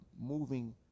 moving